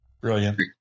Brilliant